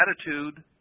attitude